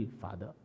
Father